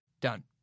done